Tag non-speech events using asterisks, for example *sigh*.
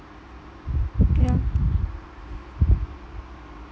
*noise* yeah